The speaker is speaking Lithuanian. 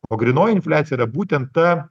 o grynoji infliacija yra būtent ta